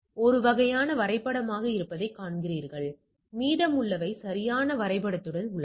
எனவே இது ஒரு வரைபடமாக இருப்பதை காண்கிறீர்கள் மீதமுள்ளவை சரியான வரைபடத்துடன் உள்ளன